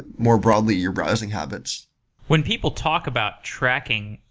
more broadly, your browsing habits when people talk about tracking,